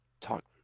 Talk